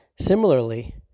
Similarly